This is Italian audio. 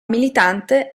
militante